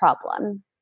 problem